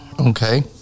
Okay